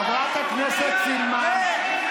חברת הכנסת סילמן.